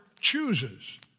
chooses